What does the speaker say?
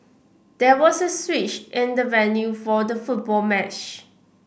there was a switch in the venue for the football match